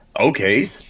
okay